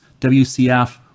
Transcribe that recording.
WCF